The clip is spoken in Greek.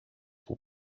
που